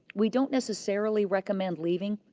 we don't necessarily recommend leaving,